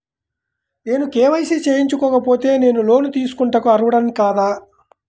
నేను కే.వై.సి చేయించుకోకపోతే నేను లోన్ తీసుకొనుటకు అర్హుడని కాదా?